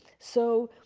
so,